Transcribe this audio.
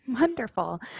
Wonderful